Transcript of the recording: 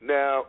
Now